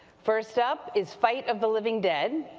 first up is fight of the living dead,